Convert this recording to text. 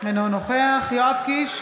אינו נוכח יואב קיש,